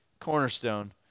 cornerstone